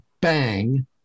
bang